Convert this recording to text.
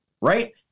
right